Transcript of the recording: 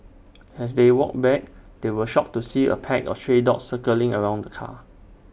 as they walked back they were shocked to see A pack of stray dogs circling around the car